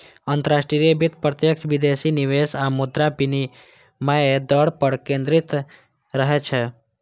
अंतरराष्ट्रीय वित्त प्रत्यक्ष विदेशी निवेश आ मुद्रा विनिमय दर पर केंद्रित रहै छै